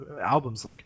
albums